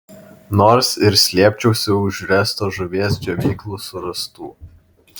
nors ir slėpčiausi už ręsto žuvies džiovyklų surastų